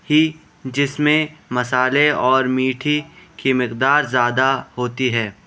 ہی جس میں مصالحے اور میٹھی کی مقدار زیادہ ہوتی ہے